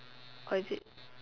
oh is it